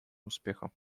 успеха